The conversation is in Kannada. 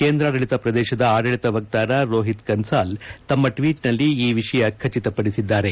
ಕೇಂದ್ರಾಡಳಿತ ಪ್ರದೇಶದ ಆದಳಿತ ವಕ್ತಾರ ರೋಹಿತ್ ಕನ್ಸಾಲ್ ತಮ್ಮ ಟ್ವೀಟ್ನಲ್ಲಿ ಈ ವಿಷಯ ಖಚಿತಪಡಿಸಿದ್ದಾರೆ